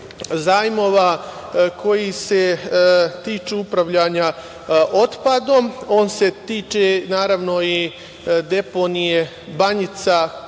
koji se tiču upravljanja otpadom, on se tiče naravno i deponije „Banjica“ kod Nove